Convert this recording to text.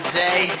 day